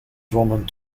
zwommen